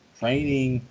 training